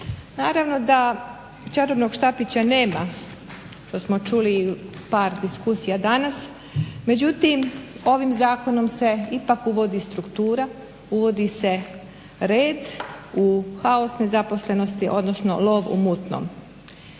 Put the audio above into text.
Naravno da čarobnog štapića nema to smo čuli i u par diskusija danas, međutim ovim zakonom se ipak uvodi struktura, uvodi se red u haos nezaposlenosti, odnosno lov u mutnom.